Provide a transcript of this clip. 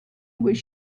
was